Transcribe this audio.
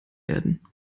werden